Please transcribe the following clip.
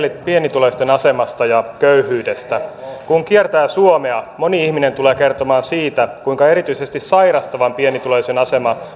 pienituloisten asemasta ja köyhyydestä kun kiertää suomea moni ihminen tulee kertomaan siitä kuinka erityisesti sairastavan pienituloisen asema